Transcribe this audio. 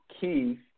Keith